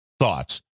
thoughts